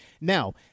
Now